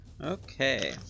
Okay